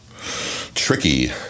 tricky